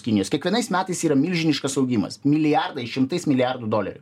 kinijos kiekvienais metais yra milžiniškas augimas milijardai šimtais milijardų dolerių